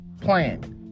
plan